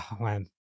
man